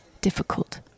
difficult